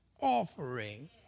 offering